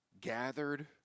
gathered